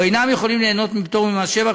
או אינם יכולים ליהנות מפטור ממס שבח